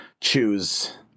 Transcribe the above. choose